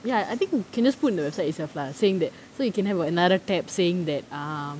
ya I think you can just put the website itself lah saying that so you can have a another tab saying that ah